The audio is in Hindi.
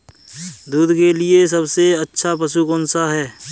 दूध के लिए सबसे अच्छा पशु कौनसा है?